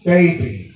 Baby